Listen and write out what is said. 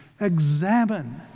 examine